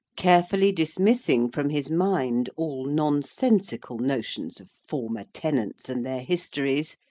carefully dismissing from his mind all nonsensical notions of former tenants and their histories,